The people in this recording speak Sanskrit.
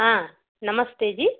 नमस्ते जि